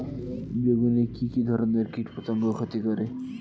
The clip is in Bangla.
বেগুনে কি কী ধরনের কীটপতঙ্গ ক্ষতি করে?